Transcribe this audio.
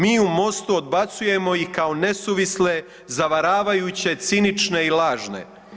Mi u MOST-u odbacujemo ih kao nesuvisle, zavaravajuće, cinične i lažne.